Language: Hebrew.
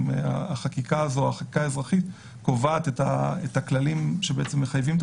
החקיקה האזרחית קובעת את הכללים שמחייבים את